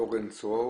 אורן דרור.